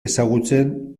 ezagutzen